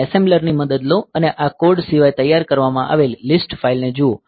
તમે એસેમ્બલર ની મદદ લો અને આ કોડ સિવાય તૈયાર કરવામાં આવેલી લીસ્ટ ફાઇલને જુઓ